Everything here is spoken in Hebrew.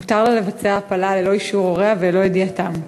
מותר לה לבצע הפלה ללא אישור הוריה וללא ידיעתם.